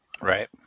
Right